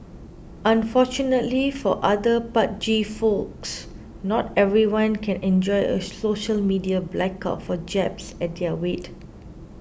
unfortunately for other pudgy folks not everyone can enjoy a social media blackout for jabs at their weight